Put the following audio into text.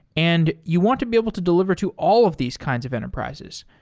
and you want to be able to deliver to all of these kinds of enterprises.